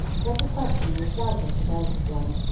that the question was doubtless a delicate one,